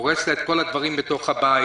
הורס לה את כל הדברים בתוך הבית,